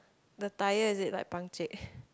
the tyre is it like punchek